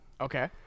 Okay